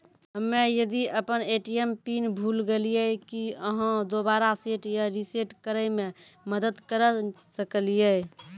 हम्मे यदि अपन ए.टी.एम पिन भूल गलियै, की आहाँ दोबारा सेट या रिसेट करैमे मदद करऽ सकलियै?